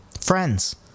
friends